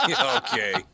Okay